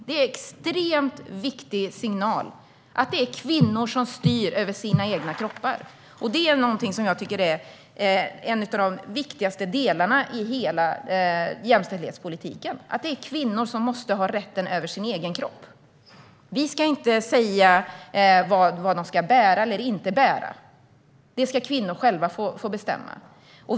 Det är en extremt viktig signal att det är kvinnor som styr över sina egna kroppar. Det tycker jag är en av de viktigaste delarna i hela jämställdhetspolitiken - att kvinnor måste ha rätten över sina egna kroppar. Vi ska inte säga vad de ska bära eller inte bära. Det ska kvinnor själva få bestämma.